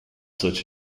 such